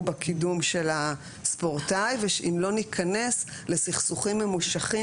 בקידום של הספורטאי ואם לא ניכנס לסכסוכים ממושכים